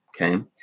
okay